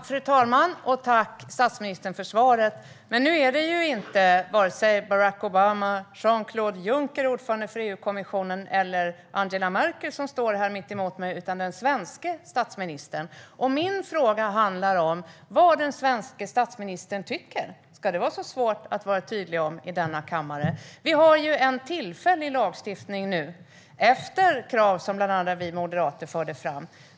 Fru talman! Jag tackar statsministern för svaret. Men nu är det varken Barack Obama, EU-kommissionens ordförande Jean-Claude Juncker eller Angela Merkel som står mitt emot mig, utan det är den svenske statsministern. Och min fråga handlar om vad den svenske statsministern tycker. Ska detta vara så svårt att vara tydlig om i denna kammare? Vi har en tillfällig lagstiftning nu som tillkom efter krav som bland andra vi moderater förde fram.